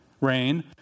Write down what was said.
rain